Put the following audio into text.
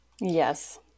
yes